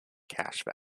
cache